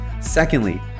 Secondly